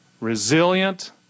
resilient